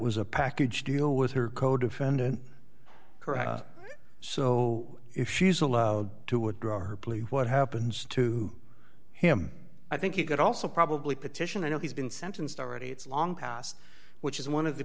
was a package deal with her codefendant so if she's allowed to or draw her plea what happens to him i think you could also probably petition i know he's been sentenced already it's long past which is one of the